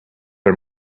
are